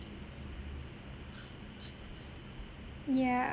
yeah